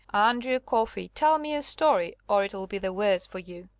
andrew coffey! tell me a story, or it'll be the worse for you.